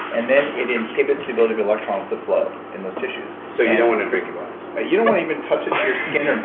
and then it inhibits the ability of electrons to flow in those tissue so you don't wanna drink a glass ah you don't even wanna even touch it to your skin, um